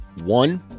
One